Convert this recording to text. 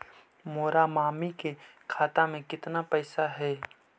मेरा मामी के खाता में कितना पैसा हेउ?